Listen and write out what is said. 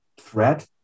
threat